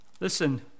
Listen